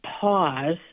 pause